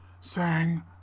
sang